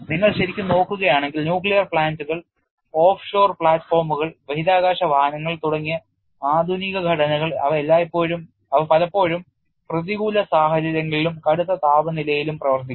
നിങ്ങൾ ശരിക്കും നോക്കുകയാണെങ്കിൽ ന്യൂക്ലിയർ പ്ലാന്റുകൾ ഓഫ്ഷോർ പ്ലാറ്റ്ഫോമുകൾ ബഹിരാകാശ വാഹനങ്ങൾ തുടങ്ങിയ ആധുനിക ഘടനകൾ അവ പലപ്പോഴും പ്രതികൂല സാഹചര്യങ്ങളിലും കടുത്ത താപനിലയിലും പ്രവർത്തിക്കുന്നു